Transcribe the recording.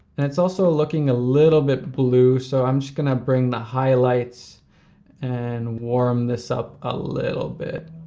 and it's also looking a little bit blue, so i'm just gonna bring the highlights and warm this up a little bit.